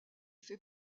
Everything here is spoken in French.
fait